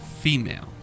female